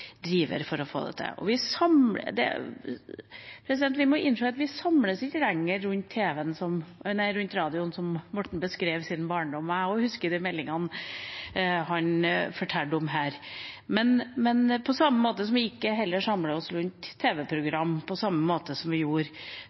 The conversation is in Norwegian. det til. Vi må innse at vi samles ikke lenger rundt radioen, som Morten Wold beskrev i fortellingen om sin barndom – jeg også husker de meldingene han fortalte om her – på samme måte som vi heller ikke samler oss rundt tv-program som vi gjorde før. Noen hørte på